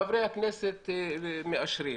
חברי הכנסת מאשרים.